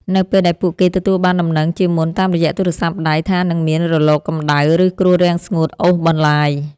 នៅពេលដែលពួកគេទទួលបានដំណឹងជាមុនតាមរយៈទូរស័ព្ទដៃថានឹងមានរលកកម្ដៅ ឬគ្រោះរាំងស្ងួតអូសបន្លាយ។